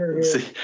See